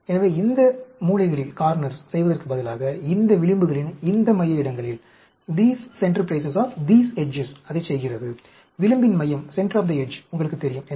எனவே இந்த மூலைகளில் செய்வதற்குப் பதிலாக இந்த விளிம்புகளின் இந்த மைய இடங்களில் அதைச் செய்கிறது விளிம்பின் மையம் உங்களுக்குத் தெரியும்